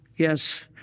Yes